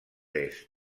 est